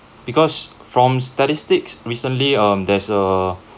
because from statistics recently um there's a